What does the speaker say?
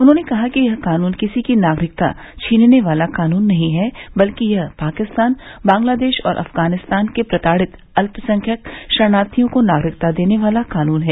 उन्होंने कहा कि यह कानून किसी की नागरिकता छीनने वाला कानून नहीं है बल्कि यह पाकिस्तान बांग्लादेश और अफगानिस्तान के प्रताड़ित अल्पसंख्यक शरणार्थियों को नागरिकता देने वाला कानून है